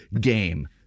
game